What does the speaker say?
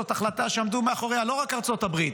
זאת החלטה שעמדו מאחוריה לא רק ארצות הברית,